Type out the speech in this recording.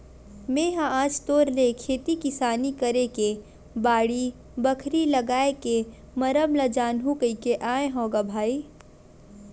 मेहा आज तोर ले खेती किसानी करे के बाड़ी, बखरी लागए के मरम ल जानहूँ कहिके आय हँव ग भाई